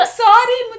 sorry